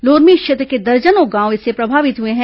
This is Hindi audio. लोरमी क्षेत्र के दर्जनों गांव इससे प्रभावित हुए हैं